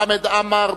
חמד עמאר,